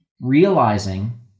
realizing